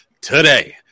Today